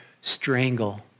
strangle